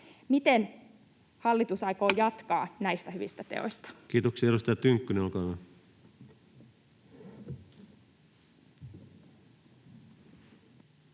jatkaa näistä hyvistä teoista? Kiitoksia. — Edustaja Tynkkynen, olkaa hyvä.